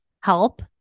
help